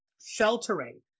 sheltering